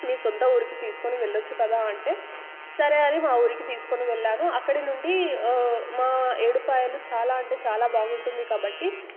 మీ సొంత ఊరికి తీసుకుని వెళ్లొచ్చు కదా అంటే సరే అని మా ఊరికి తీసుకుని వెళ్లాను అక్కడినుండి మా ఏడుపాయలు చాలా అంటే చాలా బాగుంటుంది కాబట్టి